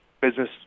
business